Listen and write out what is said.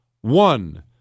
One